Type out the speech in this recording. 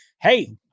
hey